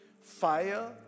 fire